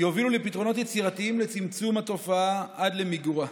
תוביל לפתרונות יצירתיים לצמצום התופעה עד למיגורה.